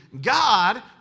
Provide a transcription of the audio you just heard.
God